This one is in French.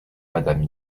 madame